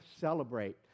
celebrate